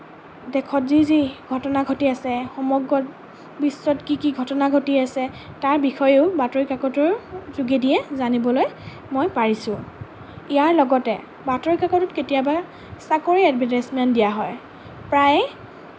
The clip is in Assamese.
দেশত যি যি ঘটনা ঘটি আছে সমগ্ৰ বিশ্বত কি কি ঘটনা ঘটি আছে তাৰ বিষয়েও বাতৰি কাকতৰ যোগেদিয়ে জানিবলৈ মই পাৰিছোঁ ইয়াৰ লগতে বাতৰি কাকতত কেতিয়াবা চাকৰিৰ এডভাৰ্টাইজমেণ্ট দিয়া হয় প্ৰায়ে